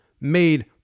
made